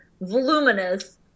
voluminous